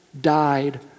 died